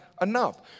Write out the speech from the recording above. enough